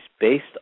based